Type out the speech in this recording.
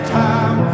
time